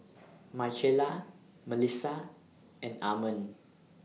Michaela Melissa and Armond